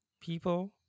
people